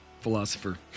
philosopher